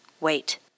Wait